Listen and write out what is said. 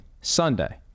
Sunday